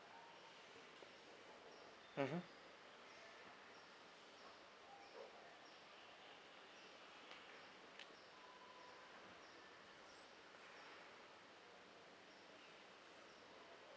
mmhmm